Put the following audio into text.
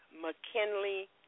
McKinley